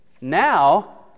Now